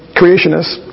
creationists